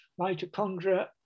mitochondria